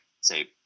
say